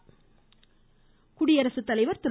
ராம்நாத் குடியரசுத்தலைவர் திரு